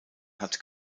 hat